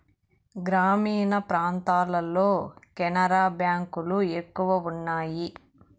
గ్రామీణ ప్రాంతాల్లో కెనరా బ్యాంక్ లు ఎక్కువ ఉన్నాయి